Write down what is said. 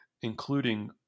including